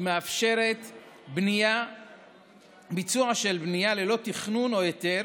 היא מאפשרת ביצוע של בנייה ללא תכנון או היתר